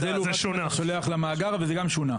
אתה שולח למאגר וזה גם שונה.